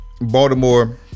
Baltimore